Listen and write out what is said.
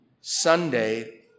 Sunday